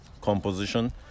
composition